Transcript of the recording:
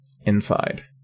inside